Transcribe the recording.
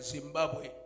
Zimbabwe